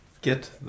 Get